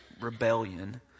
rebellion